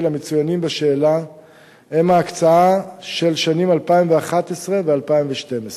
המצוינים בשאלה הם ההקצאה של השנים 2011 ו-2012.